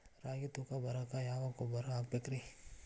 ರಾಗಿ ತೂಕ ಬರಕ್ಕ ಯಾವ ಗೊಬ್ಬರ ಹಾಕಬೇಕ್ರಿ?